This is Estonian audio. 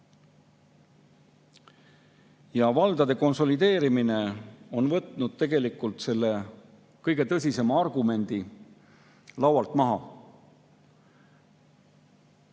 Valdade konsolideerimine on võtnud tegelikult selle kõige tõsisema argumendi laualt maha.